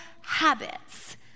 habits